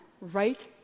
right